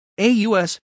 AUS